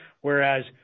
Whereas